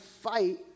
fight